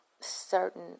certain